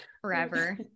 forever